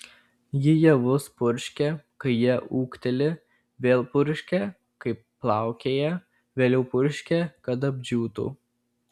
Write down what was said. ji javus purškia kai jie ūgteli vėl purškia kai plaukėja vėliau purškia kad apdžiūtų